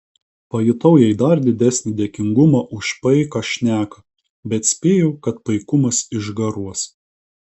pajutau jai dar didesnį dėkingumą už paiką šneką bet spėjau kad paikumas išgaruos